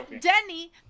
Denny